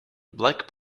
black